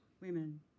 women